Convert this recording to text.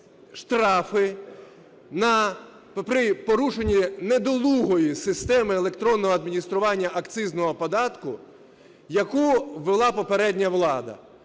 штрафи при порушенні недолугої системи електронного адміністрування акцизного податку, яку ввела попередня влада.